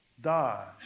die